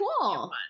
cool